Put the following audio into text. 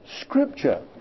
scripture